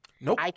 Nope